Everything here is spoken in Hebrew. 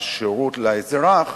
השירות לאזרח,